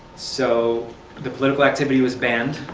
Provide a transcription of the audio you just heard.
so the political activity was banned,